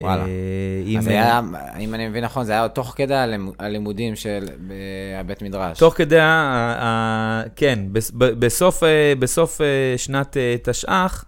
וואלה. אז היה, אם אני מבין נכון, זה היה עוד תוך כדי הלימודים של, ה, בית מדרש. תוך כדי, כן, בסוף שנת תשעח,